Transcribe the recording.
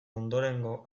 ondorengo